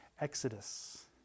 Exodus